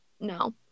No